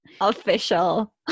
official